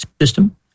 System